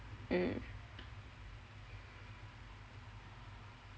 mm